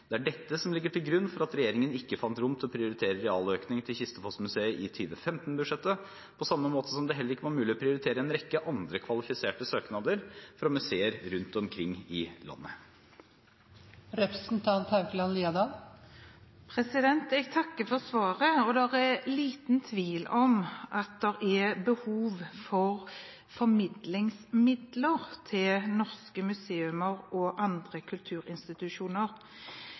Det er dette som ligger til grunn for at regjeringen ikke fant rom til å prioritere realøkning til Kistefos-Museet i 2015-budsjettet, på samme måte som det heller ikke var mulig å prioritere en rekke andre kvalifiserte søknader fra museer rundt omkring i landet. Jeg takker for svaret. Det er liten tvil om at det er behov for formidlingsmidler til norske museer og andre kulturinstitusjoner.